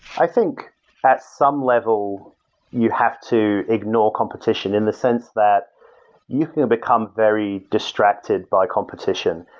i think at some level you have to ignore competition in the sense that you can become very distracted by competition.